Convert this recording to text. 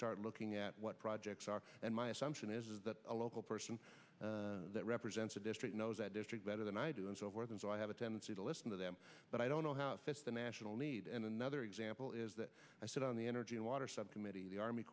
start looking at what projects are and my assumption is that a local person that represents a district knows a district better than i do and so forth and so i have a tendency to listen to them but i don't know how the national lead and another example is that i sit on the energy and water subcommittee the army